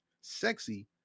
Sexy